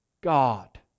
God